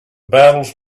battles